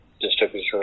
distributor